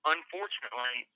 Unfortunately